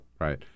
Right